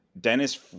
Dennis